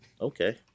Okay